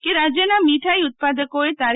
કે રાજ્યના મીઠાઇ ઉત્પાદકોએ તા